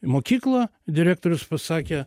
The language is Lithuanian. mokyklą direktorius pasakė